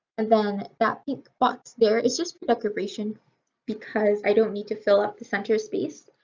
and then that pink box there is just for decoration because i don't need to fill up the center space.